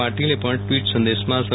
પાટીલે પણ ટવીટ સંદેશમાં સ્વ